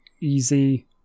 easy